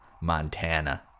Montana